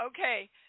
Okay